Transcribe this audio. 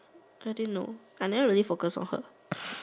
I didn't know I never really focus on her